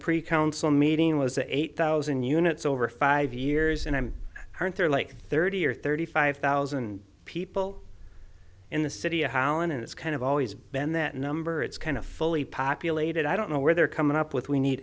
pre council meeting was eight thousand units over five years and i'm hurt there like thirty or thirty five thousand people in the city how and it's kind of always been that number it's kind of fully populated i don't know where they're coming up with we need